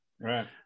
Right